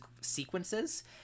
sequences